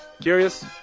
curious